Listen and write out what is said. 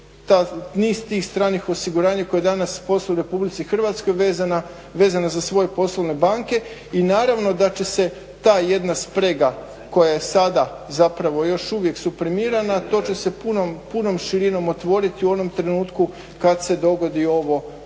niz tih stranih osiguranja koje danas posluju u RH vezana za svoje poslovne banke. I naravno da će se ta jedna sprega koja je sada zapravo još uvijek suprimirana to će se punom širinom otvoriti u onom trenutku kad se dogodi ovo